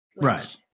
right